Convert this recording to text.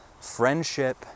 friendship